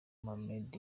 mohammed